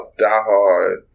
diehard